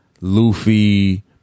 Luffy